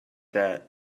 that